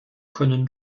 können